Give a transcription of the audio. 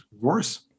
Worse